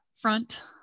front